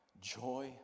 Joy